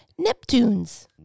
Neptunes